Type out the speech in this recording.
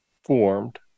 formed